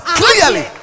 clearly